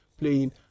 playing